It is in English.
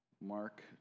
Mark